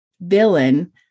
villain